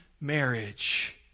marriage